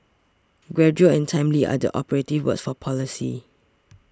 gradual and timely are the operative words for policy